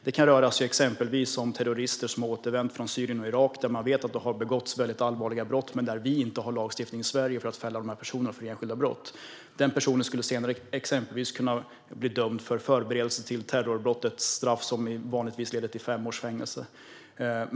Det kan exempelvis röra sig om terrorister som har återvänt från Syrien och Irak och som man vet har begått väldigt allvarliga brott men där vi inte har lagstiftning i Sverige för att fälla dessa personer för enskilda brott. En sådan person skulle senare till exempel kunna bli dömd för förberedelse till terrorbrott, ett brott som vanligtvis leder till fem års fängelse.